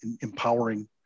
empowering